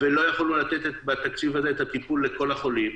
ולא יכולנו לתת בתקציב הזה את הטיפול לכל החולים,